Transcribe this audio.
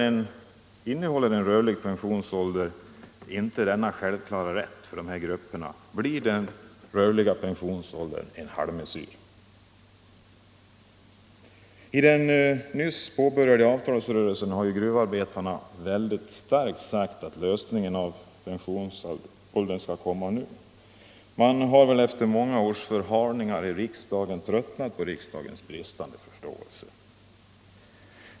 Innehåller en rörlig pensionsålder inte denna självklara rätt för dessa grupper blir den rörliga pensionsåldern en halvmesyr. I den nyss påbörjade avtalsrörelsen har gruvarbetarna mycket starkt betonat att lösningen av frågan om pensionsåldern skall komma nu. Man har väl, efter många års förhalningar i riksdagen, tröttnat på riksdagens bristande förståelse.